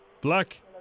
Black